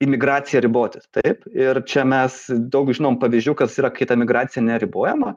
imigracija ribotis taip ir čia mes daug žinome pavyzdžių kas yra kai ta migracija neribojama